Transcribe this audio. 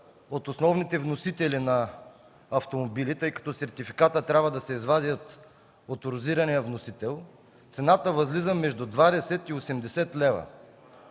от основните вносители на автомобили, тъй като сертификатът трябва да се извади от оторизирания вносител, цената възлиза между 20 и 80 лв.